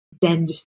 bend